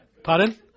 Pardon